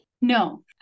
No